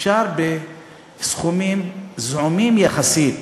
אפשר בסכומים זעומים יחסית